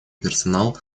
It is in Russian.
персонал